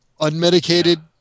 unmedicated